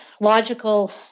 logical